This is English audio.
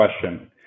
question